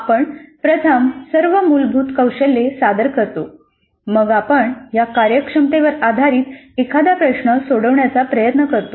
आपण प्रथम सर्व मूलभूत कौशल्ये सादर करतो मग आपण या कार्यक्षमतेवर आधारित एखादा प्रश्न सोडवण्याचा प्रयत्न करतो